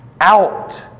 out